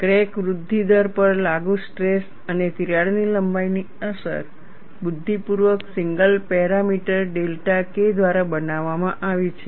crack વૃદ્ધિ દર પર લાગુ સ્ટ્રેસ અને તિરાડની લંબાઈની અસર બુદ્ધિપૂર્વક સિંગલ પેરામીટર ડેલ્ટા K દ્વારા બનાવવામાં આવી છે